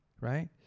right